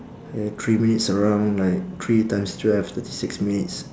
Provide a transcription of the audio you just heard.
ya three minutes a round like three times twelve thirty six minutes